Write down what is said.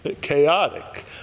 chaotic